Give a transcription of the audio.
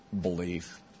belief